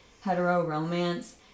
hetero-romance